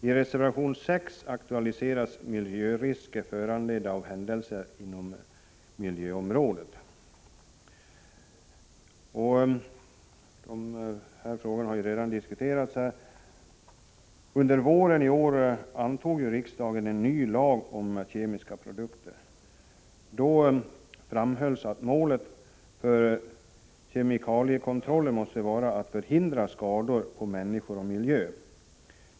I reservation 6 aktualiseras miljörisker, föranledda av händelser inom miljöområdet. Den frågan har ju redan diskuterats. I våras antog ju riksdagen en ny lag om kemiska produkter. Då framhölls att målet för kemikaliekontrollen måste vara att förhindra skador på människor och miljö.